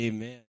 Amen